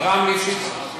אברהם ליפשיץ.